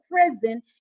prison